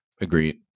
Agreed